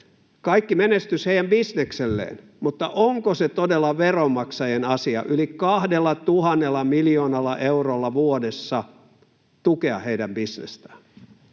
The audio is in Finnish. Kaikki menestys heidän bisnekselleen, mutta onko se todella veronmaksajien asia yli 2 000 miljoonalla eurolla vuodessa tukea heidän bisnestään?